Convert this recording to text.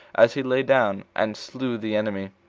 as he lay down, and slew the enemy.